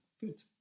good